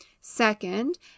Second